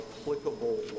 applicable